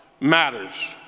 matters